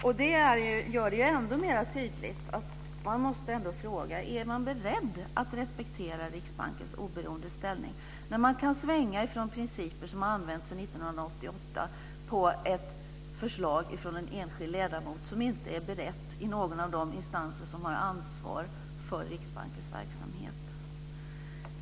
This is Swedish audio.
Och det gör det ännu mer tydligt att man ändå måste fråga: Är man beredd att respektera Riksbankens oberoende ställning när man kan svänga från principer som har använts sedan 1988 på grund av ett förslag från en enskild ledamot som inte är berett i någon av de instanser som har ansvar för Riksbankens verksamhet?